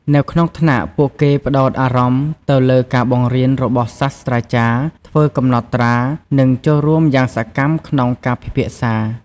នៅក្នុងថ្នាក់ ពួកគេផ្តោតអារម្មណ៍ទៅលើការបង្រៀនរបស់សាស្រ្តាចារ្យ ធ្វើកំណត់ត្រា និងចូលរួមយ៉ាងសកម្មក្នុងការពិភាក្សា។